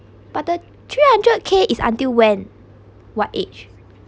but the three hundred K is until when what age